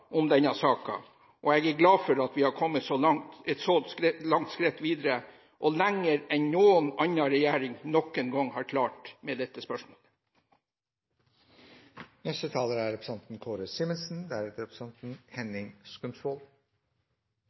denne saken, og jeg er glad for at vi har kommet et så langt skritt videre – lenger enn noen annen regjering noen gang har klart med dette spørsmålet.